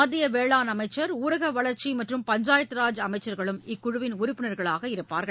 மத்திய வேளாண் அமைச்சா் ஊரக வளா்ச்சி மற்றும் பஞ்சாயத்து ராஜ் அமைச்சா்களும் இக்குழுவின் உறுப்பின்களாக இருப்பார்கள்